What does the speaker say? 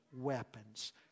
weapons